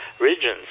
regions